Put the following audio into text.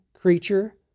creature